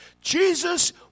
Jesus